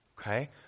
okay